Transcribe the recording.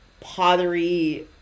pottery